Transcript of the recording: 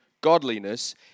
godliness